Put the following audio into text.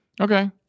Okay